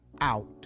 out